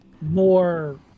more